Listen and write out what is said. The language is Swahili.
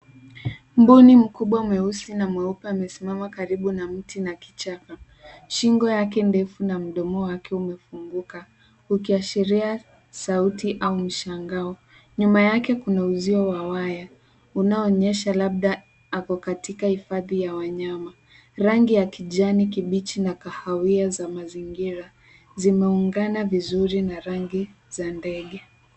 Mbuni mkubwa mweusi na mweupe amesimama karibu na mti na kichaka. Shingo yake ndefu na mdomo wake umefunguka, ukiashiria sauti au mshangao. Nyuma yake kuna uzio wa waya unao onyesha labda ako katika hifadhi ya wanyama. Rangi ya kijani kibichi na kahawia za mazingira zimeungana vizuri na rangi za ndege.